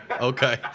okay